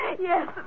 Yes